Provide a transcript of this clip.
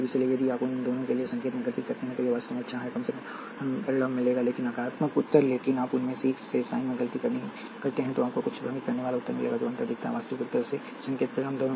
इसलिए यदि आप उन दोनों के लिए एक संकेत में गलती करते हैं तो यह वास्तव में अच्छा है कम से कम आपको परिमाण मिलेगा लेकिन नकारात्मक उत्तर लेकिन आप उनमें से एक से साइन में गलती करते हैं तो आपको कुछ भ्रमित करने वाला उत्तर मिलेगा जो अंतर दिखता है वास्तविक उत्तर से संकेत और परिमाण दोनों में